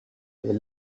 est